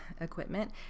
equipment